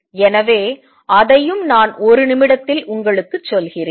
எனவே அதையும் நான் ஒரு நிமிடத்தில் உங்களுக்குச் சொல்கிறேன்